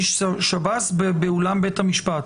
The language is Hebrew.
איש שב"ס באולם בית המשפט.